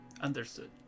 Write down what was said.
Understood